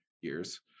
years